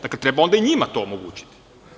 Dakle, treba onda i njima to omogućiti.